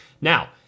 Now